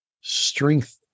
strength